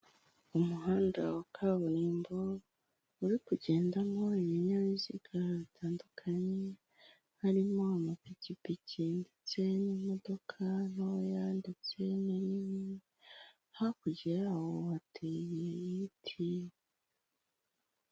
Umuhanda wa kaburimbo uri kugendamo ibinyabiziga bitandukanye harimo amapikipiki ndetse n'imodoka ntoya ndetse hakurya yaho hateye ibiti.